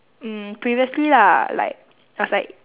mm previously lah like I was like